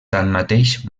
tanmateix